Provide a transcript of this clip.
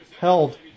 Held